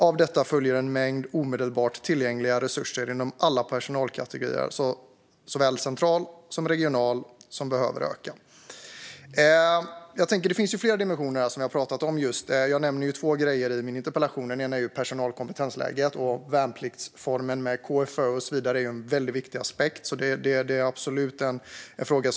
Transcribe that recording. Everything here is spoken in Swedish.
Av detta följer att mängden omedelbart tillgängliga resurser, inom alla personalkategorier, på såväl central som regional nivå, behöver öka." Som vi just har pratat om finns det flera dimensioner här, och jag nämnde två i min interpellation. Den ena är personal och kompetensläget och värnpliktsformen med KFÖ. Det är en väldigt viktig aspekt och en fråga som absolut behöver belysas.